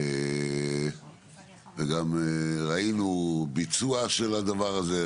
וגם ראינו ביצוע של הדבר הזה,